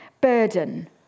burden